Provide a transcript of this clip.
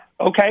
Okay